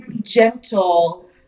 gentle